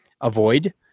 avoid